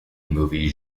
movie